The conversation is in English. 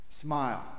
Smile